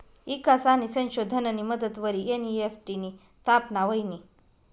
ईकास आणि संशोधननी मदतवरी एन.ई.एफ.टी नी स्थापना व्हयनी